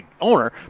owner